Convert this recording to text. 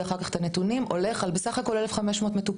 אחר כך את הנתונים הולך על סך הכל 1500 מטופלים,